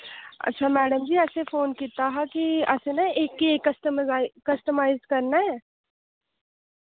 अच्छा मैडम जी असैं फोन कीत्ता हा कि असै ना केक आस्तै कस्टमाइज करना ऐ